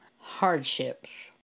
hardships